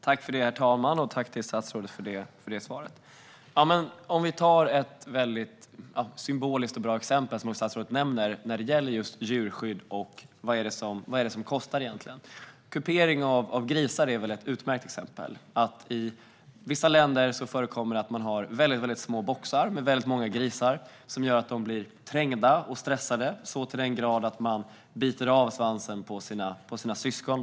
Herr talman! Låt oss ta kupering av grisar, vilket statsrådet själv nämnde, som ett symboliskt och bra exempel när det gäller djurskydd och vad det är som egentligen kostar. I vissa länder har man väldigt små boxar med många grisar i. Detta gör att grisarna blir trängda och stressade, så till den grad att de biter av svansen på sina syskon.